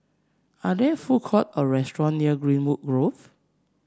are there food court or restaurant near Greenwood Grove